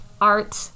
art